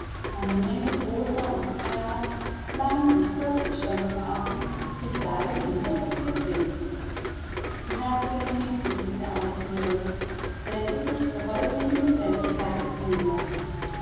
eine menge großer und kleiner lang und kurzgeschwänzter affen trieb darin ihr lustiges wesen die herzogin liebte diese und alle tiere welche sich zur häuslichen geselligkeit erziehen lassen